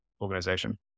organization